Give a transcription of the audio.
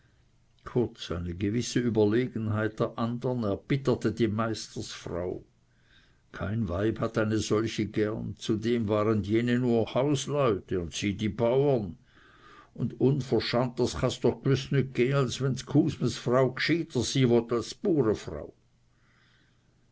eine gewisse überlegenheit der andern erbitterte die meistersfrau kein weib hat eine solche gerne zudem waren jene nur hausleute und sie die bauern u unverschanters cha's doch gwüß nit gä as wenn g'husmes frau g'schyder sy wott as